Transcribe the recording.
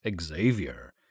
Xavier